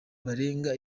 barenga